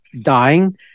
dying